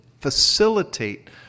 facilitate